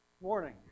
Morning